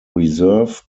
reserve